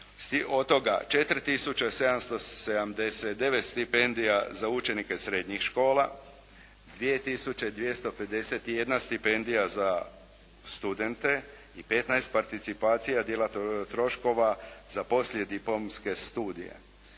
Od toga 4 tisuće 779 stipendija za učenike srednjih škola, 2 tisuće 251 stipendija za studente i 15 participacija dijela troškova za poslijediplomske studije.